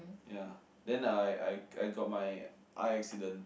ya then I I I got my eye accident